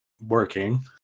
working